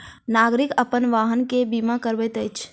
नागरिक अपन वाहन के बीमा करबैत अछि